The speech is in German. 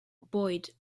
boyd